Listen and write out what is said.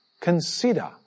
consider